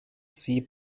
sie